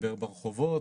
ברחובות,